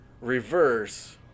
reverse